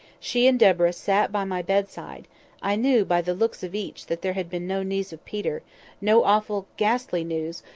she and deborah sat by my bedside i knew by the looks of each that there had been no news of peter no awful, ghastly news,